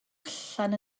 allan